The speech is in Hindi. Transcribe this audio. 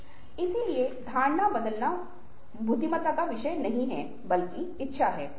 इसलिए धारणा बदलना बुद्धिमत्ता का विषय नहीं है बल्कि इच्छा है